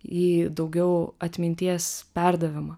į daugiau atminties perdavimą